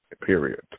period